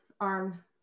arm